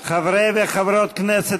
חברי וחברות כנסת,